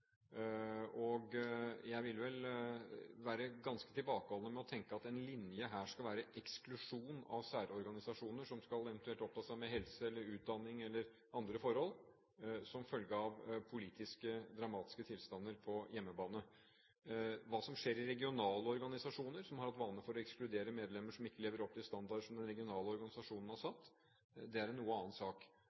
Jeg vil vel være ganske tilbakeholden med å tenke at en linje her skal være eksklusjon av særorganisasjoner som eventuelt skal befatte seg med helse eller utdanning, eller andre forhold som følge av politiske, dramatiske tilstander på hjemmebane. Hva som skjer i regionale organisasjoner som har hatt for vane å ekskludere medlemmer som ikke lever opp til standarder som de regionale organisasjonene har satt, er en noe annen sak.